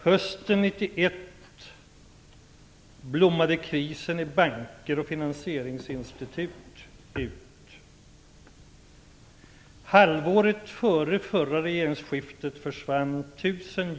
Hösten 1991 blommade krisen i banker och finansieringsinstitut ut. jobb netto per dag.